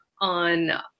on